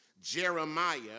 Jeremiah